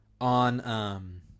on